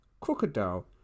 crocodile